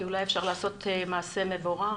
כי אולי אפשר לעשות מעשה מבורך.